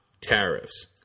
tariffs